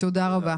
תודה רבה.